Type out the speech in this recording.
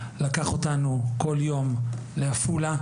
לקח אותנו כל יום לעפולה,